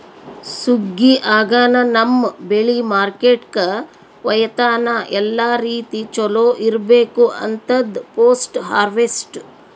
ಸುಗ್ಗಿ ಆಗನ ನಮ್ಮ್ ಬೆಳಿ ಮಾರ್ಕೆಟ್ಕ ಒಯ್ಯತನ ಎಲ್ಲಾ ರೀತಿ ಚೊಲೋ ಇರ್ಬೇಕು ಅಂತದ್ ಪೋಸ್ಟ್ ಹಾರ್ವೆಸ್ಟ್